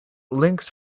links